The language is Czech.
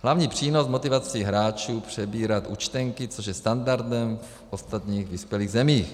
Hlavní přínos motivace hráčů je přebírat účtenky, což je standardem v ostatních vyspělých zemích.